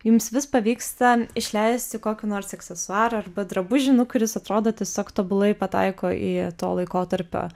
jums vis pavyksta išleisti kokį nors aksesuarą arba drabužį nu kuris atrodo tiesiog tobulai pataiko į to laikotarpio